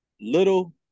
little